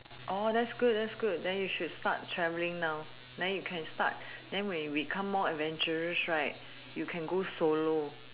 that's good that's good then you should start travelling now then you can start then when we become more adventurous right you can go solo